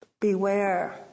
Beware